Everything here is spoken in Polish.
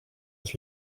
jest